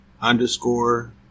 underscore